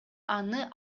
аны